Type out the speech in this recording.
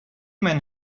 men